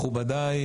מכובדיי,